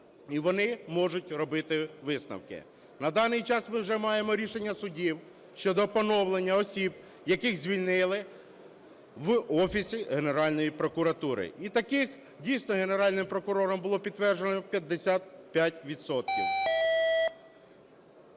і вони можуть робити висновки. На даний час ми вже має рішення судів щодо поновлення осіб, яких звільнили в Офісі Генеральної прокуратури, і таких дійсно Генеральним прокурором було підтверджено 55